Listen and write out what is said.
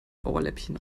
ohrläppchen